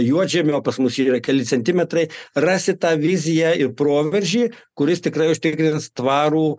juodžemio pas mus yra keli centimetrai rasi tą viziją ir proveržį kuris tikrai užtikrins tvarų